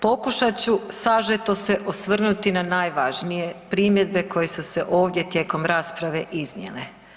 Pokušat ću sažeto se osvrnuti na najvažnije primjedbe koje su se ovdje tijekom rasprave iznijele.